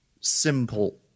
simple